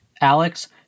Alex